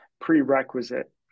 prerequisite